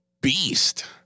beast